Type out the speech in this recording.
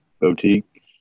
Boutique